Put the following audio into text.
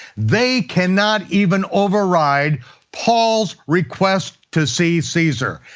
they cannot even override paul's request to see caesar.